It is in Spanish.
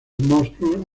monstruos